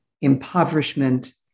impoverishment